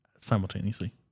simultaneously